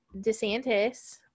DeSantis